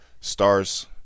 stars